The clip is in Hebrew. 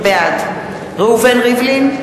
בעד ראובן ריבלין,